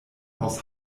aus